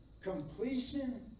completion